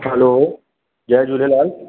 हलो जय झूलेलाल